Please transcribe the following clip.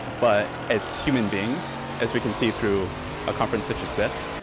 but as human beings, as we can see through a conference such as this,